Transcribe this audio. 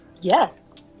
Yes